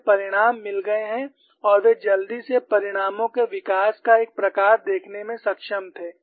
उन्हें परिणाम मिल गए हैं और वे जल्दी से परिणामों के विकास का एक प्रकार देखने में सक्षम थे